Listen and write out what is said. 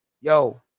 yo